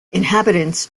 inhabitants